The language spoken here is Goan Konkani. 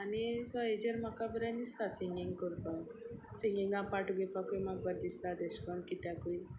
आनी सो हाचेर म्हाका बरें दिसता सिंगींग करपाक सिंगिंगा पार्ट घेवपाकूय म्हाका बरें दिसता तशे करून कित्याकूय